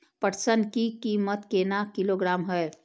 पटसन की कीमत केना किलोग्राम हय?